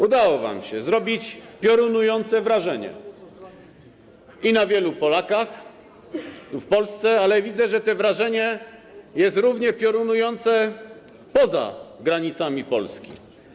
Udało wam się zrobić piorunujące wrażenie na wielu Polakach w Polsce, ale widzę, że to wrażenie jest równie piorunujące poza granicami Polski.